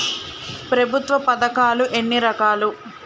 ప్రభుత్వ పథకాలు ఎన్ని రకాలు?